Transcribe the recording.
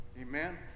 Amen